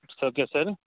it's okay sir